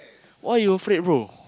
why you afraid bro